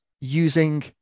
using